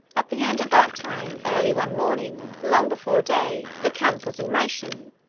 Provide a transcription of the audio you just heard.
at the end of that time, early one morning, long before day, the camp was in motion,